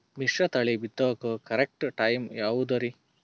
ಮಿಶ್ರತಳಿ ಬಿತ್ತಕು correct time ಯಾವುದರಿ?